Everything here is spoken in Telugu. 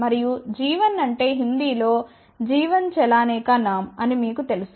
మరియు g1 అంటే హిందీ లో జీవన్ చలానే కా నామ్ అని మీకు తెలుసు